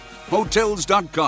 Hotels.com